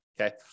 Okay